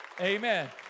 Amen